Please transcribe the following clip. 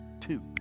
Two